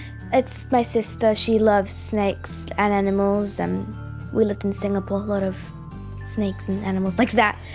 it's my sister, she loves snakes and animals, and we lived in singapore, a lot of snakes and animals like that,